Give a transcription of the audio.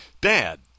dad